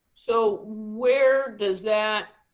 so where does that